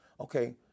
okay